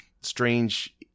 Strange